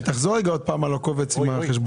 תחזור שוב על מה שאמרת לגבי הקובץ עם החשבוניות.